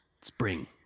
spring